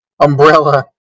umbrella